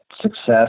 success